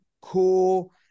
cool